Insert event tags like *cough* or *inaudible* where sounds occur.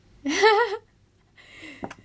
*laughs*